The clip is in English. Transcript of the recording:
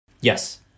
Yes